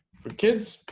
for kids